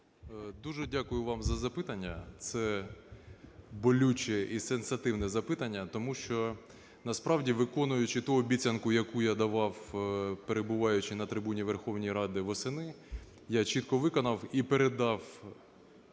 Дуже дякую вам за запитання. Це болюче і сенситивне запитання, тому що насправді виконуючи ту обіцянку, яку я давав, перебуваючи на трибуні Верховної Ради восени, я чітко виконав і передав